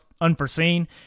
unforeseen